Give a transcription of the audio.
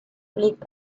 liegt